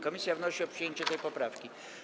Komisja wnosi o przyjęcie tej poprawki.